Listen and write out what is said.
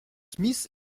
smith